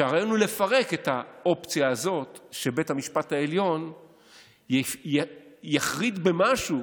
שהרעיון הוא לפרק את האופציה הזאת שבית המשפט העליון יחריד במשהו